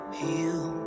heal